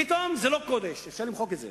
פתאום זה לא קודש, אפשר למחוק את זה.